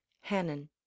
hannon